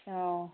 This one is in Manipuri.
ꯑꯣ